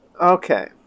Okay